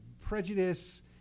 prejudice